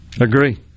Agree